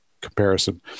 comparison